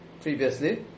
previously